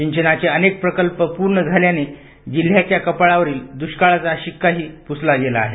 सिंचनाचे अनेक प्रकल्प पूर्ण झाल्याने जिल्ह्याच्या कपाळावरील दुष्काळाचा शिक्का ही पुसला गेला आहे